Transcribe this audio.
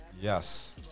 Yes